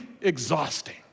exhausting